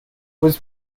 was